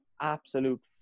absolute